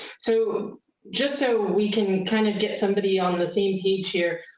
so just so we can kind of get somebody on the same page here,